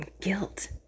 guilt